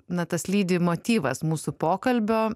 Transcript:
na tas lydi motyvas mūsų pokalbio